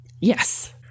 Yes